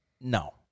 no